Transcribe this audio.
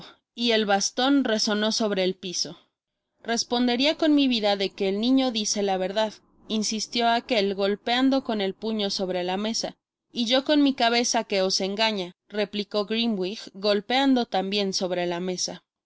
y el baston resonó sobre el piso responderia con mi vida de que el niño dice la verdad insistió aquel golpeando con el puño sobre la mesa y yo con mi cabeza que os engaña replicó grimwig golpeando tambien sobre la mesa